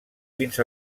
fins